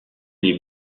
les